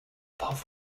puff